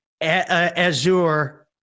Azure